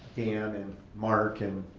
and and mark, and